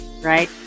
Right